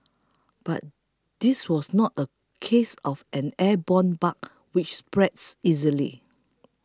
but this was not a case of an airborne bug which spreads easily